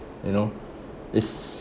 you know it's